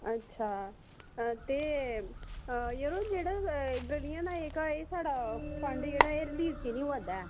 अच्छा ते यरो जेह्ड़ा गलियें दा जेह्का एह् साढ़ा फं'ड जेह्ड़ा एह् रिलीज की निं होआ'रदा ऐ